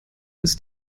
ist